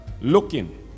looking